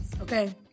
okay